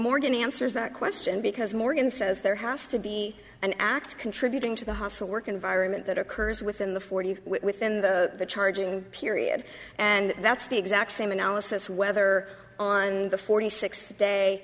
morgan answers that question because morgan says there has to be an act contributing to the hostile work environment that occurs within the forty within the charging period and that's the exact same analysis whether on the forty six day